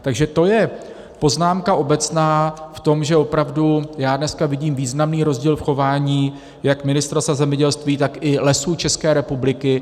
Takže to je poznámka obecná v tom, že opravdu dneska vidím významný rozdíl v chování jak Ministerstva zemědělství, tak Lesů České republiky.